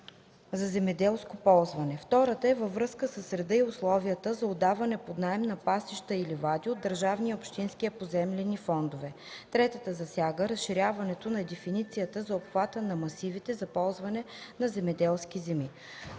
за земеделско ползване. Втората е във връзка с реда и условията за отдаване под наем на пасища и ливади от държавния и общинския поземлени фондове. Третата засяга разширяването на дефиницията за обхвата на масивите за ползване на земеделски земи.